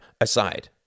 aside